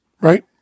right